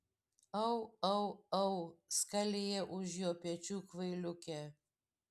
au au au skalija už jo pečių kvailiukė